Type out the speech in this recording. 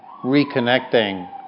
reconnecting